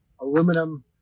aluminum